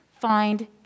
find